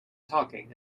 talking